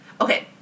Okay